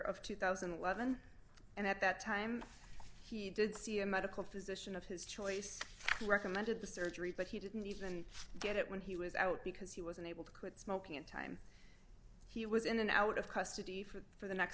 of two thousand and eleven and at that time he did see a medical physician of his choice recommended the surgery but he didn't even get it when he was out because he was unable to quit smoking in time he was in and out of custody for for the next